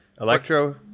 Electro